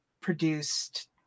produced